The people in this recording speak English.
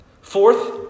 Fourth